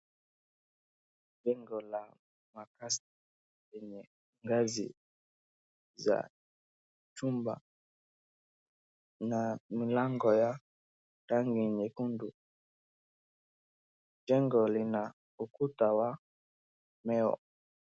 Jengo la makazi lenye ngazi za chumba na mlango ya rangi nyekundu. Jengo lina ukuta wa mawe.